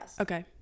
okay